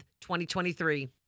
2023